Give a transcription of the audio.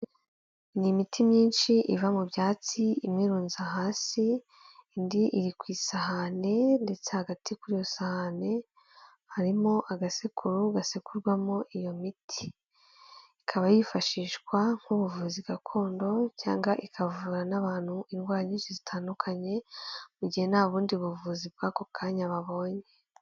nI imiti myinshi iva mu byatsi imwerunza hasi indi iri ku isahani ndetse